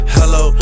hello